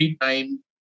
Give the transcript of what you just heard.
time